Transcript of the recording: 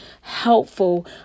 helpful